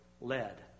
led